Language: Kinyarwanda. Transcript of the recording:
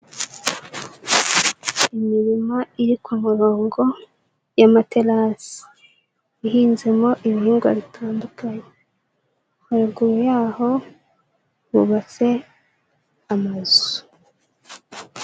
Imirima iri ku murongo y'amaterarasi, ihinzemo ibihingwa bitandukanye, haruguru yaho hubatse amazu.